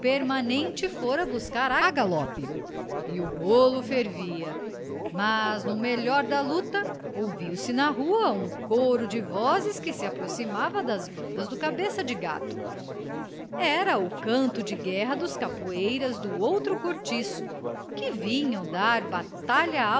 permanente fora buscar a galope e o rolo fervia mas no melhor da lata ouvia-se na rua um coro de vozes que se aproximavam das bandas do cabeça de gato era o canto de guerra dos capoeiras do outro cortiço que vinham dar batalha